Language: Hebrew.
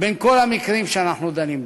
בין כל המקרים שאנחנו דנים בהם.